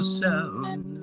sound